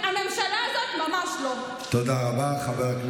תודה רבה.